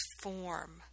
form